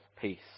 peace